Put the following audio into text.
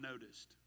noticed